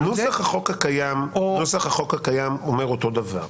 נוסח החוק הקיים אומר אותו דבר.